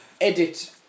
edit